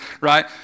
right